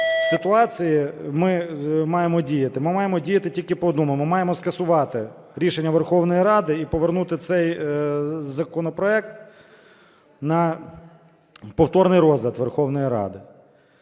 в цій ситуації ми маємо діяти. Ми маємо діяти тільки по-одному, ми маємо скасувати рішення Верховної Ради і повернути цей законопроект на повторний розгляд Верховної Ради.